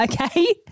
okay